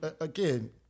Again